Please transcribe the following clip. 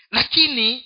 Lakini